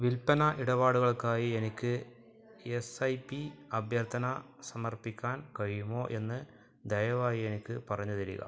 വിൽപ്പന ഇടപാടുകൾക്കായി എനിക്ക് എം സ്സൈപ്പിൽ അഭ്യർത്ഥന സമർപ്പിക്കാൻ കഴിയുമോ എന്ന് ദയവായി എനിക്ക് പറഞ്ഞു തരിക